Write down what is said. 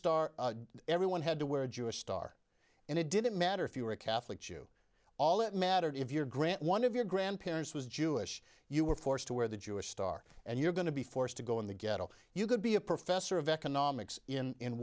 star everyone had to wear a jewish star and it didn't matter if you were a catholic you all it mattered if your grant one of your grandparents was jewish you were forced to wear the jewish star and you're going to be forced to go in the ghetto you could be a professor of economics in